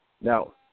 now